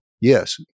Yes